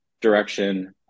direction